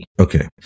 Okay